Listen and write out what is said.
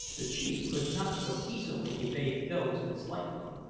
the chief could not so easily evade those of his light one.